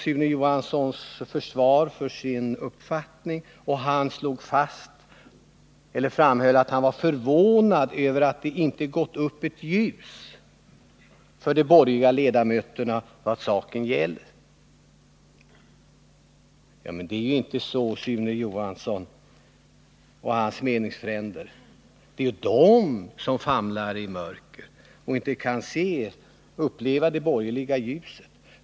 Sune Johansson framhöll som försvar för sin uppfattning att han var förvånad över att det inte hade gått upp ett ljus för de borgerliga ledamöterna så att de kunde förstå vad saken gäller. Men det är ju inte så — det är Sune Johansson och hans meningsfränder som famlar i mörkret utan att kunna se och vägledas av det borgerliga ljuset.